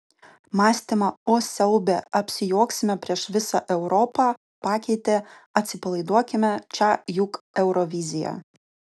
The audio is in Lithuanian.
mąstymą o siaube apsijuoksime prieš visą europą pakeitė atsipalaiduokime čia juk eurovizija